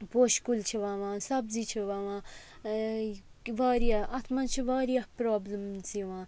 پوشہٕ کُلۍ چھِ وَوان سبزی چھِ وَوان واریاہ اَتھ منٛز چھِ واریاہ پرٛابلِمٕز یِوان